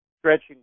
stretching